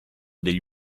degli